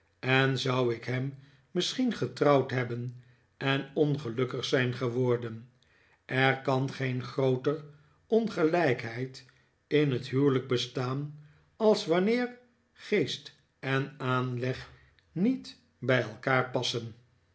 en zou ik hem misschien getrouwd hebben en ongelukkig zijn geworden er kan geen grooter ongelijkheid in het huwelijk bestaan als wanneer geest en aanleg niet bij elkaar passen